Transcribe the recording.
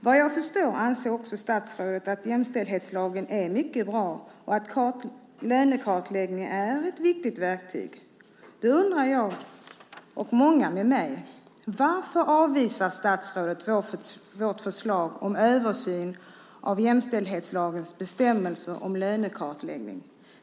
Vad jag förstår anser också statsrådet att jämställdhetslagen är mycket bra och att lönekartläggning är ett viktigt verktyg. Därför undrar jag och många med mig varför statsrådet avvisar vårt förslag om översyn av jämställdhetslagens bestämmelser om lönekartläggning.